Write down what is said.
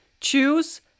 choose